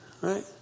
Right